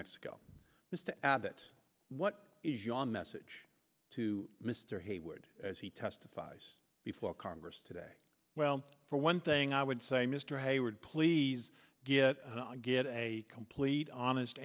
mexico just to add that what you on message to mr hayward as he testifies before congress today well for one thing i would say mr hayward please get get a complete honest